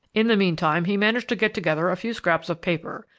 in the meantime, he managed to get together a few scraps of paper,